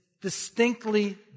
distinctly